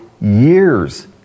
years